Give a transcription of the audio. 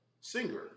singer